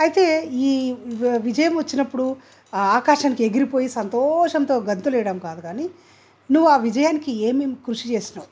అయితే ఈ విజయం వచ్చినపుడు ఆకాశానికి ఎగిరిపోయి సంతోషంతో గంతులు వేయడం కాదు కానీ నువ్వు ఆ విజయానికి ఏమీ కృషి చేసావు